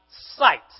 sight